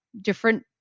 different